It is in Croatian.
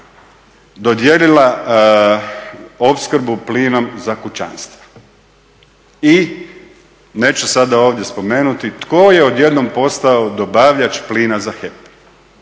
dodijelila opskrbu plinom za kućanstva. I neću sada ovdje spomenuti tko je odjednom postao dobavljač plina za HEP.